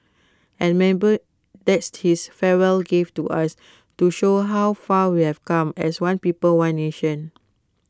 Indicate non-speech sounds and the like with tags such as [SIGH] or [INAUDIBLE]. and [UNINTELLIGIBLE] that's his farewell gift to us to show how far we've come as one people as one nation